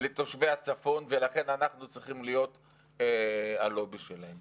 לתושבי הצפון ולכן אנחנו צריכים להיות הלובי שלהם.